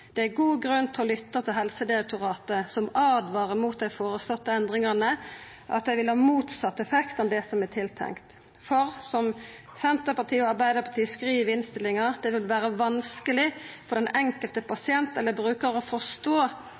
Det er god grunn til å lytta til Helsedirektoratet, som åtvarar mot at dei føreslåtte endringane vil ha motsett effekt av det som er tiltenkt. Som Senterpartiet og Arbeidarpartiet skriv i innstillinga, vil det vera «vanskelig for den enkelte pasient eller bruker å forstå